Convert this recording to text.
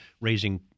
raising